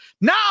Now